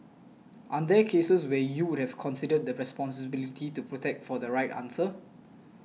aren't there cases where you would have considered the responsibility to protect for the right answer